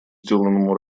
сделанному